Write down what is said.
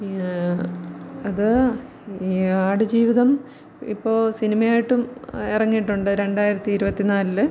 ഈ അത് ഈ ആടുജീവിതം ഇപ്പോള് സിനിമയായിട്ടും ഇറങ്ങിയിട്ടുണ്ട് രണ്ടായിരത്തി ഇരുപത്തി നാലില്